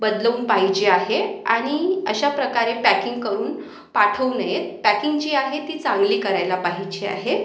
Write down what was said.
बदलवून पाहिजे आहे आणि अशा प्रकारे पॅकिंक करून पाठवू नये पॅकिंक जी आहे ती चांगली करायला पाहिजे आहे